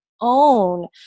own